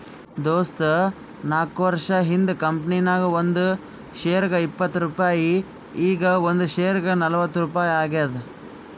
ದೋಸ್ತ ನಾಕ್ವರ್ಷ ಹಿಂದ್ ಕಂಪನಿ ನಾಗ್ ಒಂದ್ ಶೇರ್ಗ ಇಪ್ಪತ್ ರುಪಾಯಿ ಈಗ್ ಒಂದ್ ಶೇರ್ಗ ನಲ್ವತ್ ರುಪಾಯಿ ಆಗ್ಯಾದ್